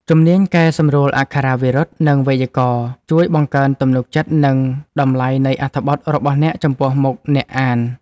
ជំនាញកែសម្រួលអក្ខរាវិរុទ្ធ និងវេយ្យាករណ៍ ជួយបង្កើនទំនុកចិត្ត និងតម្លៃនៃអត្ថបទរបស់អ្នកចំពោះមុខអ្នកអាន។